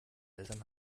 eltern